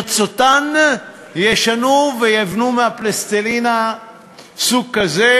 ברצותן ישנו ויבנו מהפלסטלינה סוג כזה,